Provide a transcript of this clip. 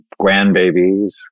grandbabies